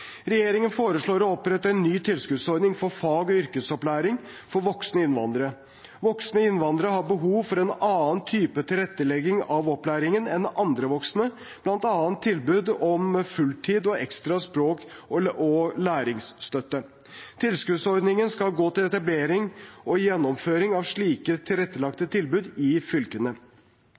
Regjeringen foreslår å opprette en ny tilskuddsordning for fag- og yrkesopplæring for voksne innvandrere. Voksne innvandrere har behov for en annen type tilrettelegging av opplæringen enn andre voksne, bl.a. tilbud om fulltid og ekstra språk- og læringsstøtte. Tilskuddsordningen skal gå til etablering og gjennomføring av slike tilrettelagte tilbud i fylkene.